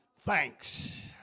thanks